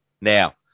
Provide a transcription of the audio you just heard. now